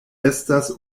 estas